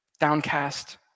Downcast